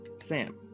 Sam